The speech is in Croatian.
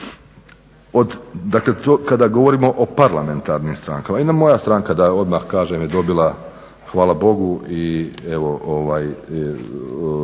Dakle, kada govorimo parlamentarnim strankama, jedna moja stranka, da je odmah kažem je dobila, hvala Bogu i evo radu